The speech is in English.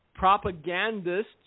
propagandists